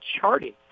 charting